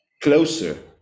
closer